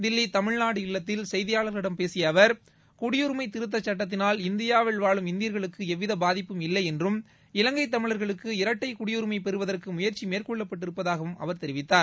தில்லி தமிழ்நாடு இல்லத்தில் செய்தியாளர்களிடம் பேசிய அவர் குடியுரிமை திருத்த சட்டத்தினால் இந்தியாவில் வாழும் இந்தியர்களுக்கு எவ்வித பாதிப்பும் இல்லை என்றும் இலங்கை தமிழர்களுக்கு இரட்னட குடியுரிமை பெறுவதற்கு முயற்சி மேற்கொள்ளப்பட்டிருப்பதாகவும் அவர் தெரிவித்தார்